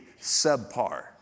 subpar